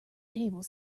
table